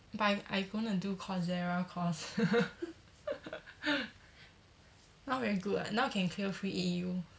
but I I gonna do coursera course now very good [what] now can clear free A_U